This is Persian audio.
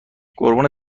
قربون